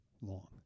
long